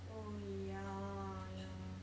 oh ya ya